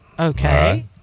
Okay